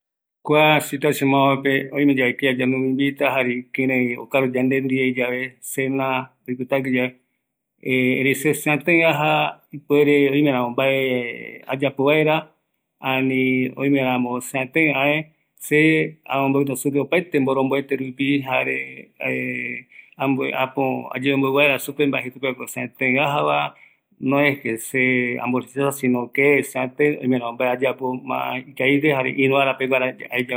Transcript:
﻿Kua situacion amope, oimeyave kia yande mboinvita, jare ikirei okaru yande ndie yave, cena oipotague yae erei se, seatei aja oimeramo mbae ayapo vaera, ani oimeramo seatei aë, se ambombeuta supe opaete mboromboete, jare äpo ayemombeu vaera supe mbae jeko peguako seatei ajava, noes que se amborrechaza, sino que, oimeramo mbae ayapo ma ikavigue jare irüara peguara aeya